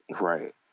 right